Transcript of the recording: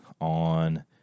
on